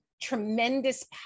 tremendous